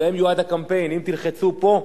שלהם יועד הקמפיין: אם תלחצו פה,